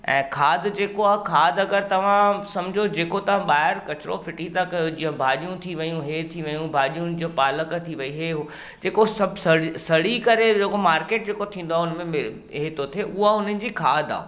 ऐं खाद जेको आहे खाद अगरि तव्हां सम्झो जेको तां ॿाहिरि किचिरो फिटी था कयो जीअं भाॼियूं थी वियूं इहे थी वियूं भाॼियुनि जीअं पालक थी वई इहे उहो जेको सभु सड़ी करे जेको मार्केट जेको थींदो आहे उनमें इहे थो थिए उहा हुननि जी खाद आहे